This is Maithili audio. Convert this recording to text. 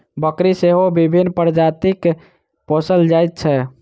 बकरी सेहो विभिन्न प्रजातिक पोसल जाइत छै